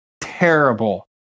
terrible